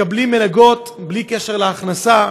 מקבלים מלגות בלי קשר להכנסה,